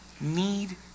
need